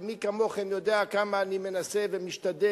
ומי כמוכם יודע כמה אני מנסה ומשתדל,